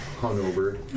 Hungover